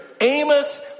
Amos